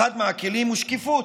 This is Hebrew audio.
הוא שקיפות.